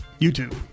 YouTube